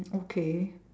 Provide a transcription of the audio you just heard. okay